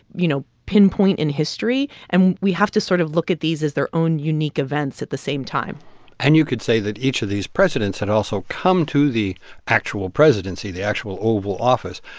you know, pinpoint in history, and we have to sort of look at these as their own unique events at the same time and you could say that each of these presidents had also come to the actual presidency, the actual oval office,